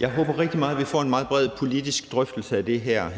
Jeg håber rigtig meget, vi får en meget bred politisk drøftelse af det her